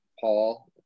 Paul